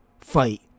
fight